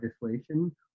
legislation